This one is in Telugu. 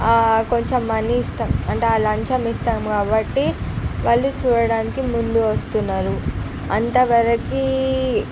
కొంచెం మనీ ఇష్టం అంటే ఆ లంచం ఇస్తాం కాబట్టి వాళ్ళు చూడడానికి ముందు వస్తున్నారు అంతవరకీ